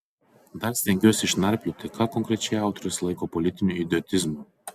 dar stengsiuosi išnarplioti ką konkrečiai autorius laiko politiniu idiotizmu